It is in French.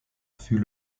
fut